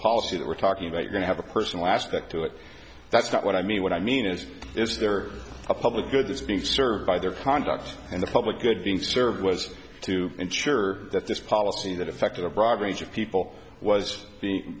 policy that we're talking about going to have a personal aspect to it that's not what i mean what i mean is is there a public good that's being served by their conduct and the public good being served was to ensure that this policy that affected our vibrator people was being